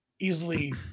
easily